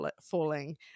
falling